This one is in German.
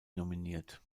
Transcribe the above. nominiert